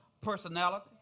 personality